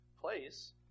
place